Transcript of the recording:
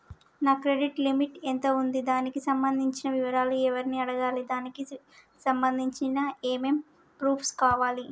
నా credit limit ఎంత ఉంది? దానికి సంబంధించిన వివరాలు ఎవరిని అడగాలి? దానికి సంబంధించిన ఏమేం ప్రూఫ్స్ కావాలి?